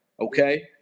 okay